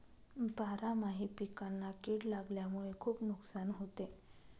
बारामाही पिकांना कीड लागल्यामुळे खुप नुकसान होते